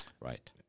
Right